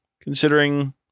considering